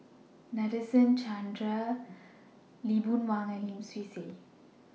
Nadasen Chandra Lee Boon Wang and Lim Swee Say